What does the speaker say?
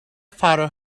father